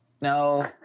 No